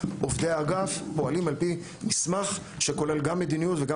עובדי האגף פועלים על פי מסמך שכולל גם מדיניות וגם